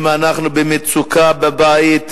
אם אנחנו במצוקה בבית,